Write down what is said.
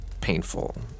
painful